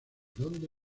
donde